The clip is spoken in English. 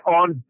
on